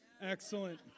Excellent